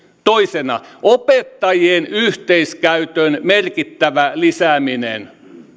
toisena opettajien yhteiskäytön merkittävä lisääminen